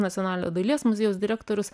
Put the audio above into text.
nacionalinio dailės muziejaus direktorius